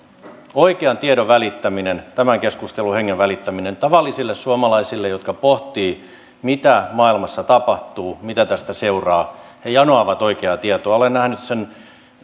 oikean tiedon välittäminen tämän keskustelun hengen välittäminen tavallisille suomalaisille jotka pohtivat mitä maailmassa tapahtuu mitä tästä seuraa he janoavat oikeaa tietoa olen nähnyt sen